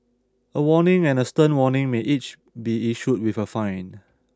a warning and a stern warning may each be issued with a fine